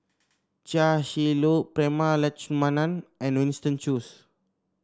Chia Shi Lu Prema Letchumanan and Winston Choos